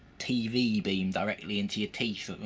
tv beamed directly into your teeth,